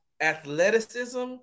athleticism